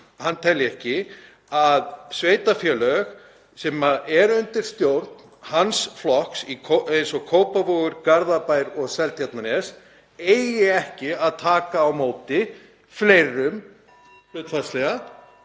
hann telji ekki að sveitarfélög sem eru undir stjórn hans flokks, eins og Kópavogur, Garðabær og Seltjarnarnes, eigi að taka á móti fleirum hlutfallslega